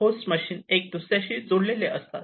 host machines एक दुसऱ्याशी जोडलेले असतात